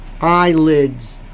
eyelids